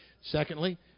Secondly